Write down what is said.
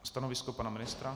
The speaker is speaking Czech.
Stanovisko pana ministra?